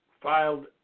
filed